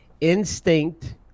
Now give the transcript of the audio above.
Instinct